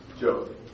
Joe